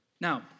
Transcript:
Now